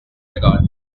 regard